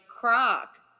croc